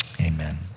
Amen